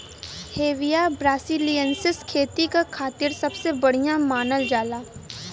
Hevea brasiliensis खेती क खातिर सबसे बढ़िया मानल जाला